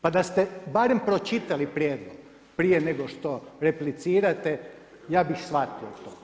Pa da ste barem pročitali prijedlog prije nego što replicirate ja bih shvatio.